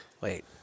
wait